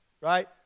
right